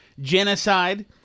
genocide